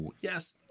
Yes